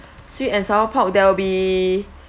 sweet and sour pork there will be